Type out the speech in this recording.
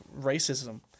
racism